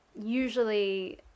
Usually